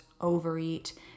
overeat